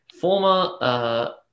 former